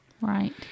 Right